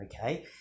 okay